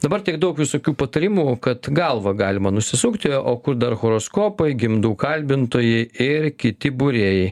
dabar tiek daug visokių patarimų kad galvą galima nusisukti o kur dar horoskopai gimdų kalbintoji ir kiti būrėjai